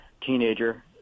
teenager